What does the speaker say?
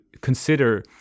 consider